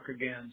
again